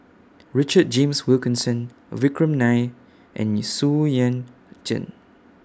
Richard James Wilkinson Vikram Nair and Xu Yuan Zhen